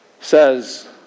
says